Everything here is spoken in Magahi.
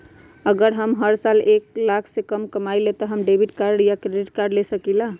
अगर हम हर साल एक लाख से कम कमावईले त का हम डेबिट कार्ड या क्रेडिट कार्ड ले सकीला?